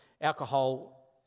alcohol